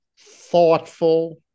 thoughtful